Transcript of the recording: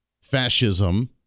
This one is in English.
fascism